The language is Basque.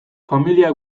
familia